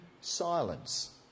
silence